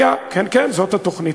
כן כן, זאת התוכנית.